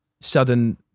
sudden